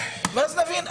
ואז נבין.